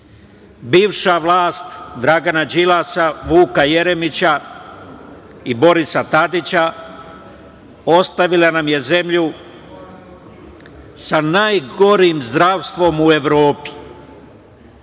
Bivša vlast Dragana Đilasa, Vuka Jeremića i Borisa Tadića, ostavila nam je zemlju sa najgorim zdravstvom u Evropi,